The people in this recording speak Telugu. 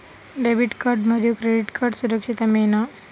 డెబిట్ కార్డ్ మరియు క్రెడిట్ కార్డ్ సురక్షితమేనా?